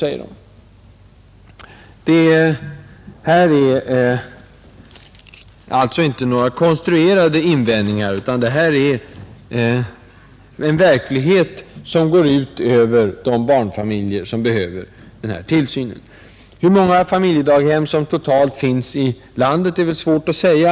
Det här är alltså inte några konstruerade invändningar, utan det är en verklighet som går ut över de barnfamiljer som behöver tillsynen. Hur många familjedaghem som totalt finns i landet är väl svårt att säga.